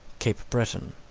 cape breton.